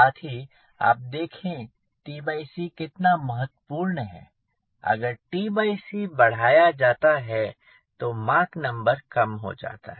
साथ ही आप देखें कितना महत्वपूर्ण है अगर बढ़ाया जाता है तो मॉक नंबर कम हो जाता है